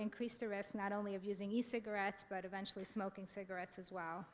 increase arrests not only abusing you cigarettes but eventually smoking cigarettes as well